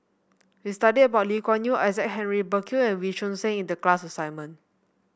we studied about Lee Kuan Yew Isaac Henry Burkill and Wee Choon Seng in the class assignment